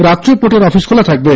রাত্রে পোর্টের অফিস খোলা থাকবে